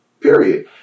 period